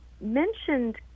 mentioned